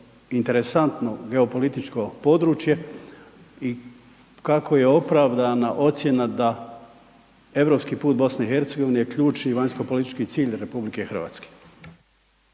interesantno geopolitičko područje i kako je opravdana ocjena da europski put BiH ključni vanjskopolitički cilj RH.